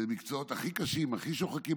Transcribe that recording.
אלה המקצועות הכי קשים, הכי שוחקים.